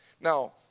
Now